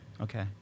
Okay